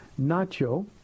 Nacho